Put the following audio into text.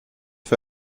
für